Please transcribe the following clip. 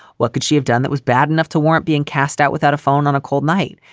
what could she have done that was bad enough to warrant being cast out without a phone on a cold night?